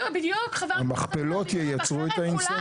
המכפלות ייצרו את האינסנטיב.